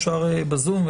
אפשר בזום,